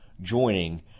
joining